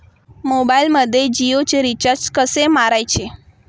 मोबाइलमध्ये जियोचे रिचार्ज कसे मारायचे?